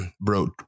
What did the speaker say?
bro